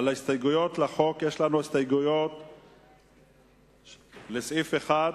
יש לנו הסתייגויות לסעיף 1,